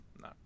no